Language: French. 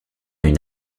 une